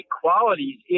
qualities